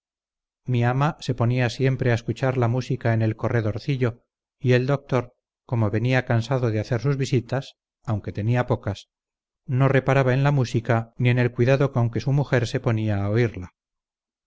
mi ama se ponía siempre a escuchar la música en el corredorcillo y el doctor como venía cansado de hacer sus visitas aunque tenía pocas no reparaba en la música ni en el cuidado con que su mujer se ponía a oírla